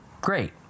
great